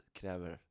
kräver